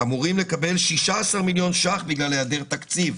אמורים לקבל 16 מיליון ₪ בגלל העדר תקציב.